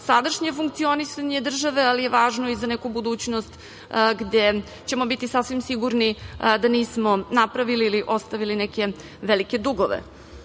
sadašnje funkcionisanje države, ali je važno i za neku budućnost gde ćemo biti sasvim sigurni da nismo napravili ili ostavili neke velike dugove.U